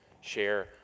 share